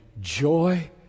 joy